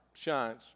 shines